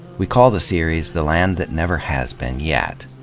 we call the series the land that never has been yet.